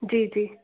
जी जी